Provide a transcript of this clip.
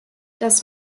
dass